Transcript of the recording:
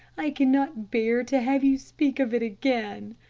i cannot bear to have you speak of it again.